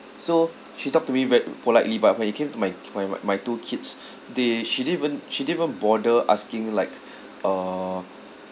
so she talked to me very politely but when it came to my my my my two kids they she didn't even she didn't even bother asking like uh